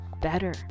better